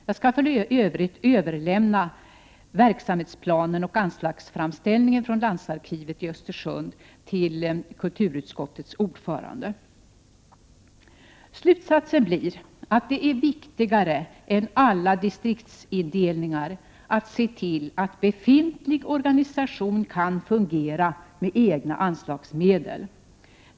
Jag skall för övrigt överlämna verksamhetsplanen och anslagsframställningen från landsarkivet i Östersund till kulturutskottets ordförande. Slutsatsen blir att viktigare än alla distriktsindelningar är att se till att befintlig organisation kan fungera med egna anslagsmedel.